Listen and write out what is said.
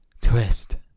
Twist